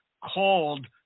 Called